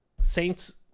saints